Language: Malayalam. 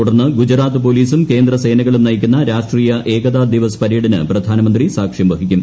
തുടർന്ന് ഗുജറാത്ത് പോലീസും കേന്ദ്ര സേനകളും നയിക്കുന്ന രാഷ്ട്രീയ ഏകതാ ദിവസ് പരേഡിന് പ്രധാനമന്ത്രി സാക്ഷ്യം വഹിക്കും